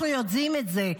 אנחנו יודעים את זה,